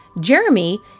Jeremy